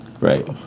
Right